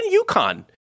UConn